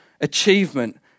achievement